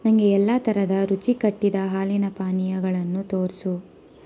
ನನಗೆ ಎಲ್ಲ ಥರದ ರುಚಿಕಟ್ಟಿದ ಹಾಲಿನ ಪಾನೀಯಗಳನ್ನು ತೋರಿಸು